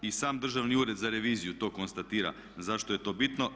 I sam Državni ured za reviziju to konstatira zašto je to bitno.